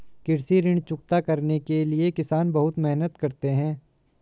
कृषि ऋण चुकता करने के लिए किसान बहुत मेहनत करते हैं